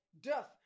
death